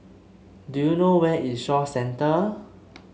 do you know where is Shaw Centre